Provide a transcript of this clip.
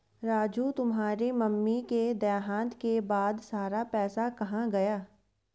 राजू तुम्हारे मम्मी के देहांत के बाद सारा पैसा कहां गया?